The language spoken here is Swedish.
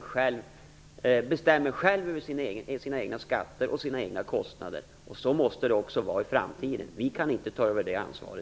själva bestämmer över sina egna skatter och sina egna kostnader. Så måste det vara också i framtiden. Vi i riksdagen kan inte ta över det ansvaret.